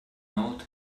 old